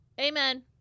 Amen